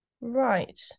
right